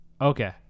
okay